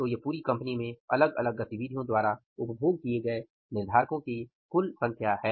तो ये पूरी कंपनी में अलग अलग गतिविधियों द्वारा उपभोग किए गए निर्धारको की कुल संख्या है